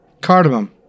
Cardamom